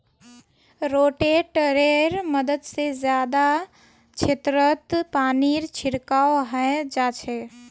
रोटेटरैर मदद से जादा क्षेत्रत पानीर छिड़काव हैंय जाच्छे